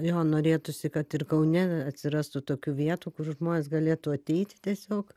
jo norėtųsi kad ir kaune atsirastų tokių vietų kur žmonės galėtų ateiti tiesiog